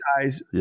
guys